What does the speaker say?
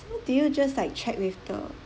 did you just like check with the